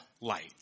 light